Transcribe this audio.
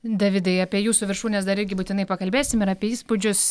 davidai apie jūsų viršūnes dar irgi būtinai pakalbėsim ir apie įspūdžius